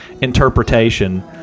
interpretation